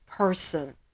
person